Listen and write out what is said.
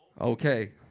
Okay